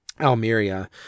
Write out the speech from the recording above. Almeria